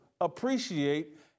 appreciate